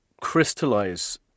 crystallize